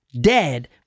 dead